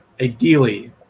ideally